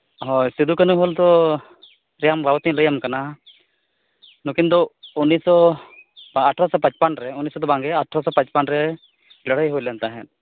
ᱦᱳᱭ ᱥᱤᱫᱩ ᱠᱟᱹᱦᱱᱩ ᱦᱩᱞ ᱫᱚ ᱚᱱᱟ ᱵᱟᱵᱚᱫ ᱛᱤᱧ ᱞᱟᱹᱭᱟᱢᱟ ᱠᱟᱱᱟ ᱱᱩᱠᱤᱱ ᱫᱚ ᱩᱱᱤᱥ ᱥᱚ ᱵᱟ ᱟᱴᱷᱨᱚᱥᱚ ᱯᱟᱸᱪᱯᱚᱱ ᱨᱮ ᱩᱱᱤᱥ ᱥᱚ ᱫᱚ ᱵᱟᱝᱜᱮ ᱟᱴᱷᱨᱚᱥᱚ ᱯᱟᱸᱪᱯᱚᱱ ᱨᱮ ᱞᱟᱹᱲᱦᱟᱹᱭ ᱦᱩᱭ ᱞᱮᱱ ᱛᱟᱦᱮᱸᱫ